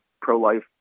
pro-life